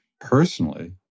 personally